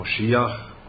Moshiach